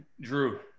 Drew